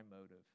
motive